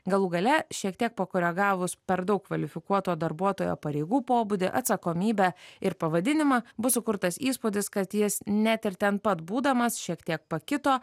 galų gale šiek tiek pakoregavus per daug kvalifikuoto darbuotojo pareigų pobūdį atsakomybę ir pavadinimą bus sukurtas įspūdis kad jis net ir ten pat būdamas šiek tiek pakito